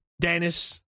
Dennis